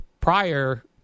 prior